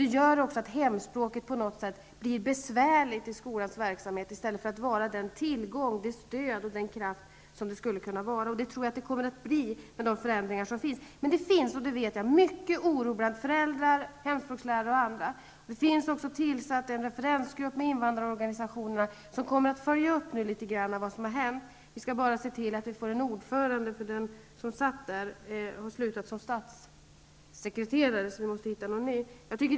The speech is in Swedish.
Detta bidrar också till att hemspråket på något sätt blir besvärligt i skolans verksamhet, i stället för att vara den tillgång, det stöd och den kraft som hemspråksundervisningen skulle kunna vara. Så kommer det nog att bli med de förändringar som pågår. Men jag vet att det finns många föräldrar, hemspråkslärare och andra som är oroliga. Det finns också en referensgrupp tillsatt med invandrarorganisationerna representerade. Denna grupp kommer att följa upp litet grand vad som har hänt. Vi måste bara se till att gruppen får en ordförande. Den förre ordföranden har slutat som statssekreterare, så vi måste följaktligen hitta någon ny.